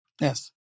Yes